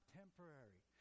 temporary